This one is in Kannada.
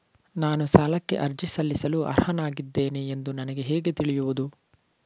ನಾನು ಸಾಲಕ್ಕೆ ಅರ್ಜಿ ಸಲ್ಲಿಸಲು ಅರ್ಹನಾಗಿದ್ದೇನೆ ಎಂದು ನನಗೆ ಹೇಗೆ ತಿಳಿಯುವುದು?